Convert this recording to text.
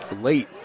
late